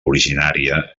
originària